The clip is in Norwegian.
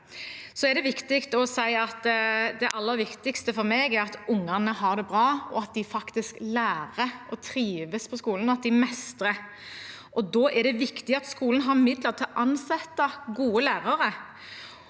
aller viktigste for meg er at ungene har det bra, og at de faktisk lærer og trives på skolen – at de mestrer. Da er det viktig at skolen har midler til å ansette gode lærere.